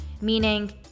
meaning